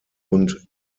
und